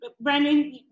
Brandon